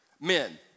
Men